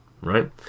right